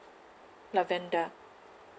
lavender